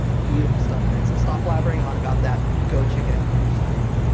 beautiful stuff guys! i'll stop blabbering on about that, go check it out for yourself!